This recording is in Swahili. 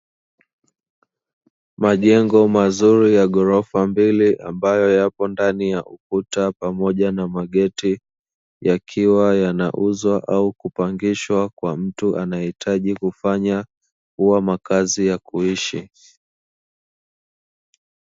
Majengo mazuri ya ghorofa mbili ambayo yako ndani ya ukuta pamoja na mageti, yakiwa yanauzwa au kupangishwa kwa mtu anayehitaji kufanya kuwa makazi ya kuishi.